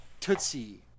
Tootsie